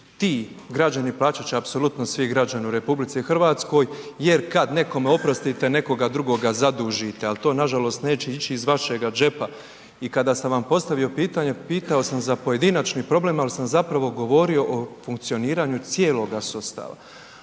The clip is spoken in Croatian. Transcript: ti građani, plaćat će apsolutno svi građani u RH jer kad nekome oprostite, nekoga drugoga zadužite, al to nažalost neće ići iz vašega džepa i kada sam vam postavio pitanje, pitao sam za pojedinačni problem, al sam zapravo govorio o funkcioniranju cijeloga sustava,